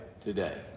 today